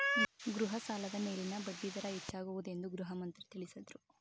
ಗೃಹ ಸಾಲದ ಮೇಲಿನ ಬಡ್ಡಿ ದರ ಹೆಚ್ಚಾಗುವುದೆಂದು ಗೃಹಮಂತ್ರಿ ತಿಳಸದ್ರು